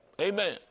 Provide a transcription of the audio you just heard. Amen